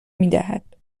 میدهد